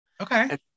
Okay